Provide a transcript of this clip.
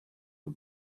the